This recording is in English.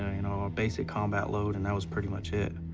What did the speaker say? ah you know ah basic combat load, and that was pretty much it.